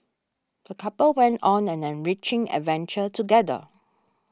the couple went on an enriching adventure together